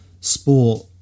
sport